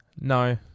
No